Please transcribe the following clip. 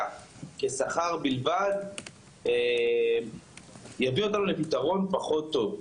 כשכר בלבד יביא אותנו לפתרון פחות טוב.